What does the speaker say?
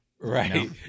right